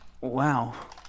Wow